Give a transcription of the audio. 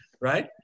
right